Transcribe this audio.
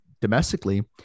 domestically